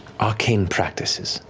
arcane practices.